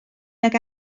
nag